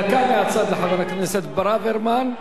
דקה מהצד לחבר הכנסת ברוורמן.